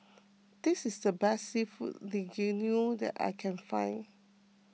this is the best Seafood Linguine that I can find